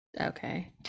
Okay